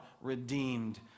redeemed